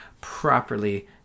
properly –